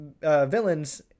villains